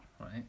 Right